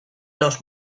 los